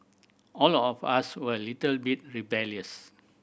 all of us were a little bit rebellious